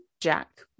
Jack